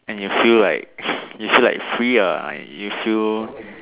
and you feel like you feel like free ah you feel